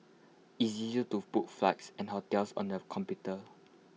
IT is easy to book flights and hotels on the computer